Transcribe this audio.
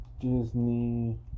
Disney